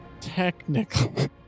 technically